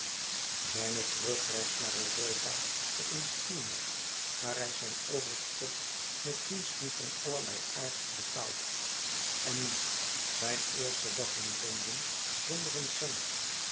zijne terugreis naar europa op een steamer waar hij zijn overtocht met diensten van allerlei aard had betaald en nu zijn eersten dag in londen zonder een cent